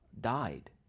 died